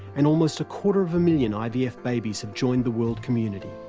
and almost a quarter of a million ivf babies have joined the world community.